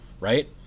right